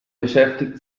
beschäftigt